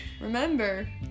Remember